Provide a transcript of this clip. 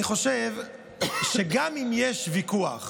אני חושב שגם אם יש ויכוח,